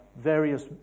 various